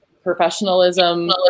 Professionalism